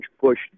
Bush